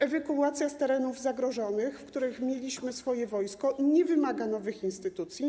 Ewakuacja z terenów zagrożonych, w których mieliśmy swoje wojsko, nie wymaga tworzenia nowych instytucji.